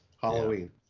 halloween